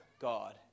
God